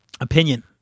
opinion